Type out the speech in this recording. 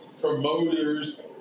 promoters